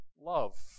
love